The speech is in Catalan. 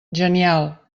genial